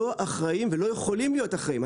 אנחנו לא אחראים ולא יכולים להיות אחראים,